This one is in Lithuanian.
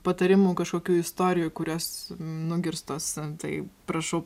patarimų kažkokių istorijų kurios nugirstos antai prašau